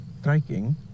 striking